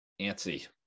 antsy